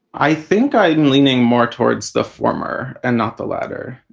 i think i'm leaning more towards the former and not the latter.